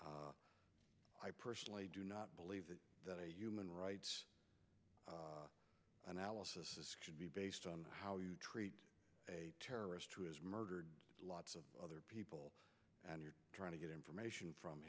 i personally do not believe that a human rights analysis should be based on how you treat a terrorist who has murdered lots of other people and you're trying to get information from